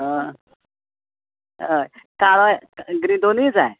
हय काळे आनी ग्रिन दोनी जाय